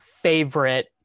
favorite